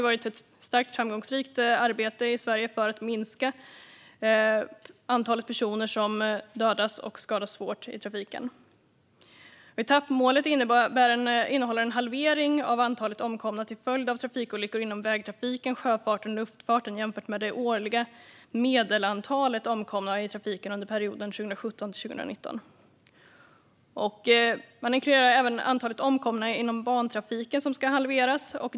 Arbetet med denna vision för att minska antalet personer som dödas eller skadas svårt i trafiken har varit framgångsrikt. Etappmålet är en halvering av antalet omkomna till följd av trafikolyckor inom vägtrafiken, sjöfarten och luftfarten jämfört med det årliga medelantalet omkomna i trafiken under perioden 2017-2019. Även antalet omkomna inom bantrafiken ska halveras.